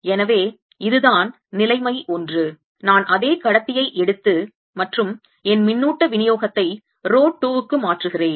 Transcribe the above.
எனவே இதுதான் நிலைமை 1 நான் அதே கடத்தியை எடுத்து மற்றும் என் மின்னூட்ட விநியோகத்தை ரோ 2 க்கு மாற்றுகிறேன்